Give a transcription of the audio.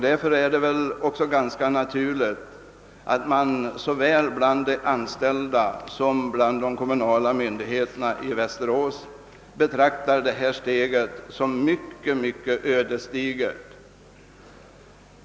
Därför är det väl också ganska naturligt att man såväl bland de anställda som hos de kommunala myndigheterna i Västerås betraktar detta steg som mycket ödesdigert.